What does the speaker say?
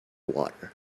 water